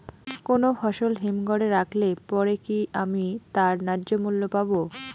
কোনো ফসল হিমঘর এ রাখলে পরে কি আমি তার ন্যায্য মূল্য পাব?